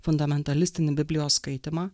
fundamentalistinį biblijos skaitymą